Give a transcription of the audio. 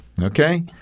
okay